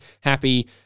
happy